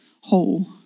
whole